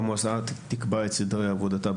המועצה תקבע את סדרי עבודתה,